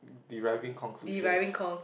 deriving conclusions